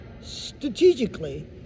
strategically